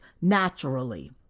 naturally